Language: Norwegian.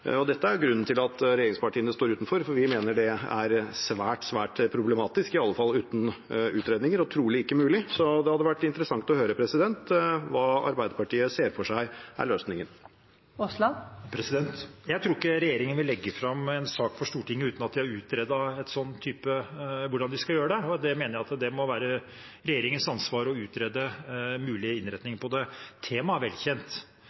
er grunnen til at regjeringspartiene står utenfor, for vi mener det er svært, svært problematisk, i alle fall uten utredninger, og trolig ikke mulig. Så det hadde vært interessant å høre hva Arbeiderpartiet ser for seg er løsningen. Jeg tror ikke regjeringen vil legge fram en sak for Stortinget uten at de har utredet hvordan de skal gjøre det. Jeg mener det må være regjeringens ansvar å utrede en mulig innretning på det. Temaet er velkjent,